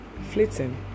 flitting